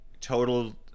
total